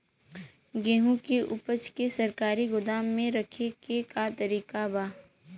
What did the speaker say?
गेहूँ के ऊपज के सरकारी गोदाम मे रखे के का तरीका बा?